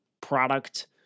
product